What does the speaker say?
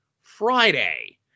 Friday